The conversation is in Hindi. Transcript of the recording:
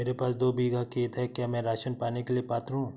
मेरे पास दो बीघा खेत है क्या मैं राशन पाने के लिए पात्र हूँ?